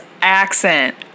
accent